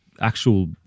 actual